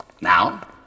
Now